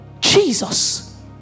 Jesus